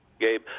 Gabe